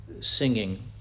singing